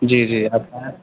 جی جی اچھا ہے